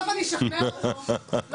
בוא